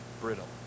brittle